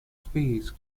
space